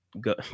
go